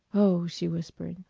oh, she whispered,